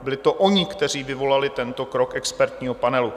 Byli to oni, kteří vyvolali tento krok expertního panelu.